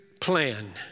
plan